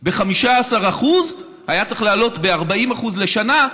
ב-15%; היה צריך להעלות ב-40% לשנה,